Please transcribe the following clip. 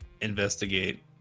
investigate